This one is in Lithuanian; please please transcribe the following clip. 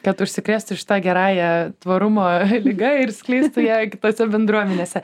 kad užsikrėsti šita gerąja tvarumo liga ir skleisti ją ir kitose bendruomenėse